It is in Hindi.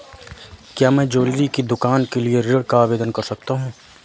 क्या मैं ज्वैलरी की दुकान के लिए ऋण का आवेदन कर सकता हूँ?